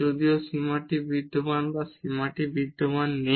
যদিও সীমাটি বিদ্যমান বা সীমাটি বিদ্যমান নেই